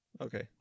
Okay